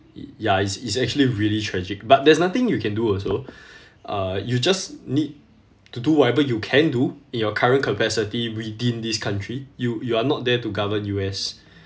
ya it's it's actually really tragic but there's nothing you can do also uh you just need to do whatever you can do in your current capacity within this country you you are not there to govern U_S